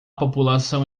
população